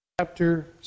Chapter